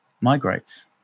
migrates